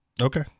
Okay